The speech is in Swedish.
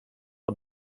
har